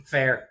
Fair